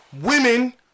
Women